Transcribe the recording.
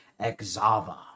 Exava